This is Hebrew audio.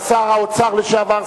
שר האוצר לשעבר,